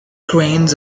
cranes